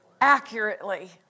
accurately